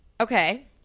Okay